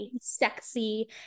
sexy